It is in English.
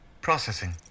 Processing